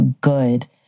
good